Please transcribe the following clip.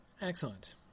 Excellent